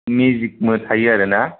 मेजिगबो थायो आरो ना